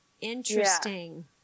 Interesting